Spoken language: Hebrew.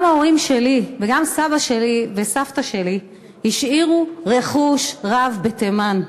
גם ההורים שלי וגם גם סבא שלי וסבתא שלי השאירו רכוש רב בתימן.